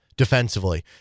defensively